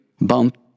Bump